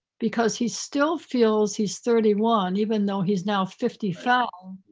because he still feels he's thirty one even though he's now fifty five,